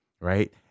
right